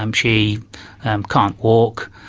um she can't walk,